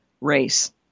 race